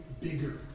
bigger